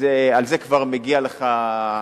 על זה כבר מגיע לך,